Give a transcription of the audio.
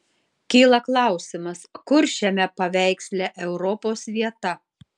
kyla klausimas kur šiame paveiksle europos vieta